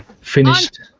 finished